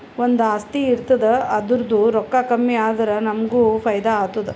ಒಂದು ಆಸ್ತಿ ಇರ್ತುದ್ ಅದುರ್ದೂ ರೊಕ್ಕಾ ಕಮ್ಮಿ ಆದುರ ನಮ್ಮೂಗ್ ಫೈದಾ ಆತ್ತುದ